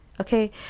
okay